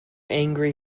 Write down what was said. angry